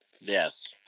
yes